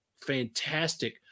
fantastic